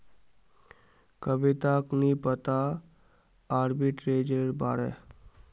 कविताक नी पता आर्बिट्रेजेर बारे